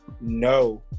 No